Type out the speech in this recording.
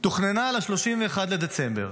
תוכננה ל-31 בדצמבר.